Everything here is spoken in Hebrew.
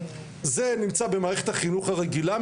זה נמצא במערכת החינוך הרגילה,